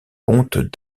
comtes